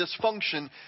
dysfunction